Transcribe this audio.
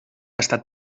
estat